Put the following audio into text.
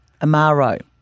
Amaro